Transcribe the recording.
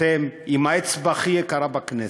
אתם, עם האצבע הכי יקרה בכנסת,